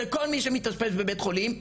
לכל מי שמתאשפז בבית חולים,